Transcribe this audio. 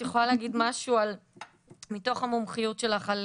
את יכולה להגיד משהו מתוך המומחיות שלך על